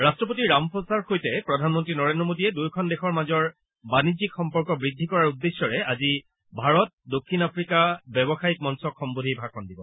ৰাট্ট্ৰপতি ৰামফোছাৰ সৈতে প্ৰধানমন্ত্ৰী নৰেন্দ্ৰ মোদীয়ে দুয়োখন দেশৰ মাজৰ বাণিজ্যিক সম্পৰ্ক বৃদ্ধি কৰাৰ উদ্দেশ্যৰে আজি ভাৰত দক্ষিণ আফ্ৰিকা ব্যৱসায়িক মঞ্চক সম্বোধি ভাষণ দিব